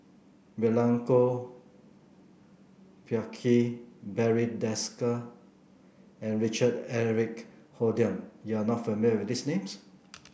Milenko Prvacki Barry Desker and Richard Eric Holttum you are not familiar with these names